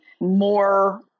more